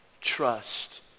trust